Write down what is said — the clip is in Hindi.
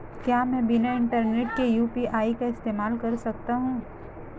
क्या मैं बिना इंटरनेट के यू.पी.आई का इस्तेमाल कर सकता हूं?